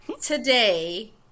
Today